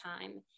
time